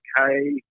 okay